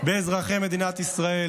באזרחי מדינת ישראל,